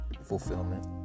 fulfillment